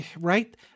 right